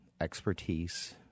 expertise